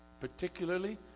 particularly